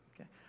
okay